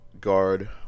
guard